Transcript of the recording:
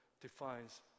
Defines